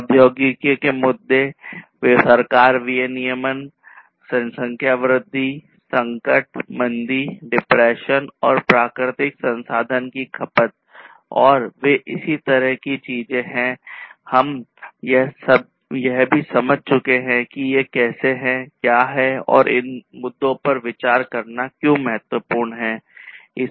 प्रौद्योगिकी के मुद्दे सरकार विनियमन जनसंख्या वृद्धि संकट मंदी डिप्रेशन और प्राकृतिक संसाधन की खपत और वे इसी तरह की चीजें हैं हम यह भी समझ चुके हैं कि ये कैसे हैं क्या हैं और इन मुद्दों पर विचार करना क्यों महत्वपूर्ण है